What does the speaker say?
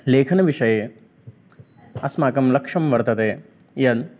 लेखनविषये अस्माकं लक्ष्यं वर्तते यत्